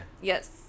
Yes